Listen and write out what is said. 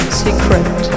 secret